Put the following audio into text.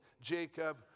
Jacob